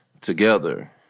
together